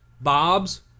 bob's